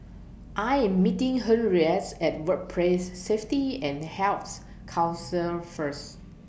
I Am meeting Henriettes At Workplace Safety and Health Council First